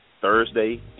Thursday